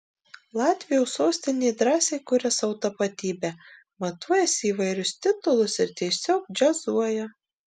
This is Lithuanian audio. latvijos sostinė drąsiai kuria savo tapatybę matuojasi įvairius titulus ir tiesiog džiazuoja